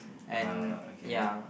uh okay